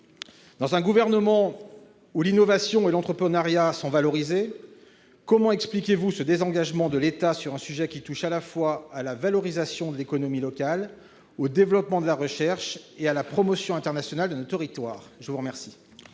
Dans un gouvernement où l'innovation et l'entrepreneuriat sont valorisés, comment expliquez-vous ce désengagement de l'État sur un sujet qui touche à la fois à la valorisation de l'économie locale, au développement de la recherche et à la promotion internationale de nos territoires ? La parole